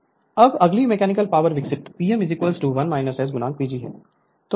Refer Slide Time 2541 अब अगली mechanical power विकसित P m 1 S PG है